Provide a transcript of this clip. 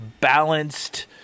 balanced